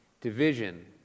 division